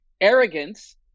Arrogance